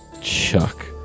Chuck